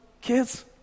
Kids